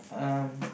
um